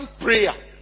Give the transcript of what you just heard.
prayer